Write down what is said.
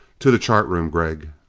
to the chart room, gregg!